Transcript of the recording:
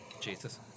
Jesus